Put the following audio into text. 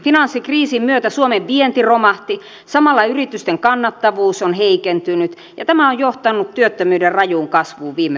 finanssikriisin myötä suomen vienti romahti ja samalla yritysten kannattavuus on heikentynyt ja tämä on johtanut työttömyyden rajuun kasvuun viime vuosina